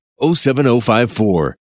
07054